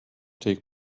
take